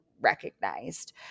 recognized